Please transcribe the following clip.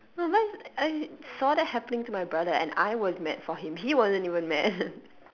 no but as in I saw that happening to my brother and I was mad for him he wasn't even mad